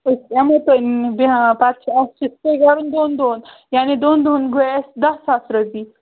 أسۍ یِمَو تہٕ بیٚیہِ ہا پتہٕ چھُ اِسہِ سِٹے کَرُن دۄن دۄہَن یعنی دۄن دۄہَن گوے اَسہِ داہ ساس رۄپیہِ